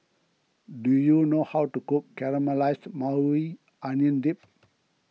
do you know how to cook Caramelized Maui Onion Dip